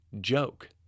joke